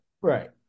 Right